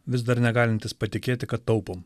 vis dar negalintis patikėti kad taupo